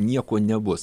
nieko nebus